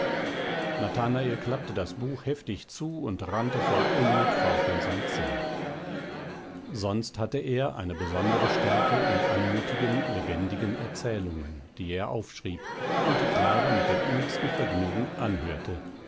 nathanael klappte das buch heftig zu und rannte voll unmut fort in sein zimmer sonst hatte er eine besondere stärke in anmutigen lebendigen erzählungen die er aufschrieb und die clara mit dem innigsten vergnügen anhörte